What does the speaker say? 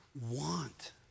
want